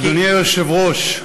אדוני היושב-ראש,